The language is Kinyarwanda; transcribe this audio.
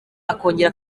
akongera